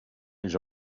his